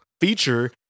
feature